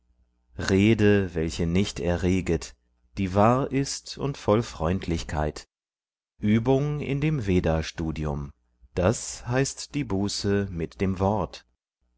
rede welche nicht erreget die wahr ist und voll freundlichkeit übung in dem veda studium das heißt die buße mit dem wort